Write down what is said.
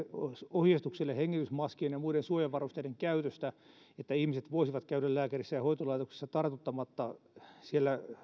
ohjeistukselle hengitysmaskien ja muiden suojavarusteiden käytöstä että ihmiset voisivat käydä lääkärissä ja hoitolaitoksissa tartuttamatta siellä